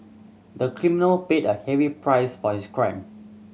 the criminal paid a heavy price for his crime